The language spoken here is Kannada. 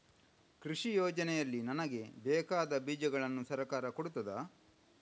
ಕೃಷಿ ಯೋಜನೆಯಲ್ಲಿ ನನಗೆ ಬೇಕಾದ ಬೀಜಗಳನ್ನು ಸರಕಾರ ಕೊಡುತ್ತದಾ?